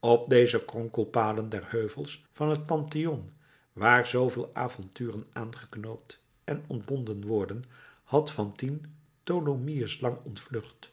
op deze kronkelpaden des heuvels van het pantheon waar zooveel avonturen aangeknoopt en ontbonden worden had fantine tholomyès lang ontvlucht